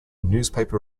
newspaper